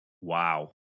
Wow